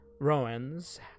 Rowan's